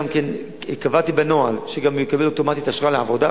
קבעתי בנוהל שהוא גם יקבל אוטומטית אשרה לעבודה.